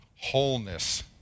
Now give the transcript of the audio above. wholeness